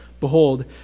behold